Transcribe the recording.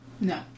no